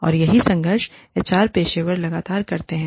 और यही संघर्ष एचआर पेशेवर लगातार करते हैं